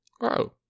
Wow